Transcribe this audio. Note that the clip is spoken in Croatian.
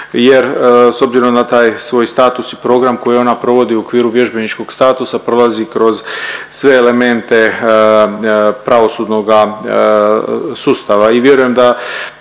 jer s obzirom na taj svoj status i program koji ona provodi u okviru vježbeničkog statusa prolazi kroz sve elemente pravosudnoga sustava